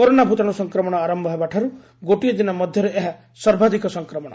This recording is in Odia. କରୋନା ଭତାଣ୍ର ସଂକ୍ରମଣ ଆରମ୍ଭ ହେବା ଠାର୍ଚ୍ଚ ଗୋଟିଏ ଦିନ ମଧ୍ୟରେ ଏହା ସର୍ବାଧିକ ସଂକ୍ରମଣ